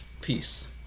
peace